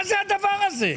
מה זה הדבר הזה.